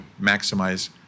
maximize